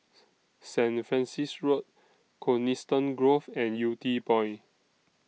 Saint Francis Road Coniston Grove and Yew Tee Point